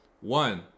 one